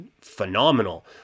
phenomenal